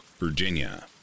Virginia